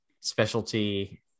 specialty